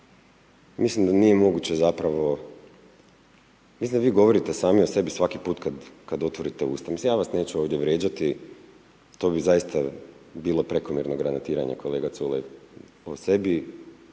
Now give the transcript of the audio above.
mislim da nije moguće zapravo, mislim da vi govorite sami o sebi svaki put kada otvorite usta. Mislim ja vas neću ovdje vrijeđati, to bi zaista bilo prekomjerno granatiranje kolega Culej, o sebi,